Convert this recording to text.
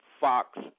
Fox